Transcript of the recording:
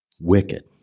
wicked